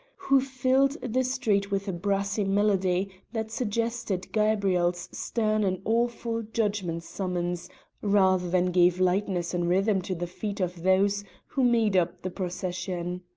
who filled the street with a brassy melody that suggested gabriel's stern and awful judgment-summons rather than gave lightness and rhythm to the feet of those who made up the procession.